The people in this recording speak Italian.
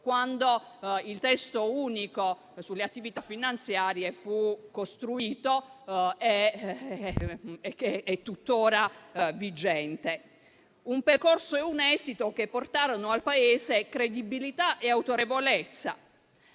quando il Testo unico sulle attività finanziarie tuttora vigente fu costruito. Furono un percorso e un esito che portarono al Paese credibilità e autorevolezza.